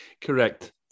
Correct